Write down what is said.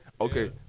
Okay